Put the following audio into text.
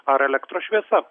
ar elektros šviesa